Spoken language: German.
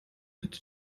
bitte